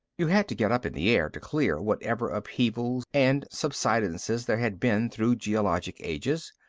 you had to get up in the air to clear whatever upheavals and subsidences there had been through geologic ages.